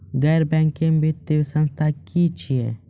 गैर बैंकिंग वित्तीय संस्था की छियै?